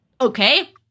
okay